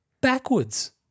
backwards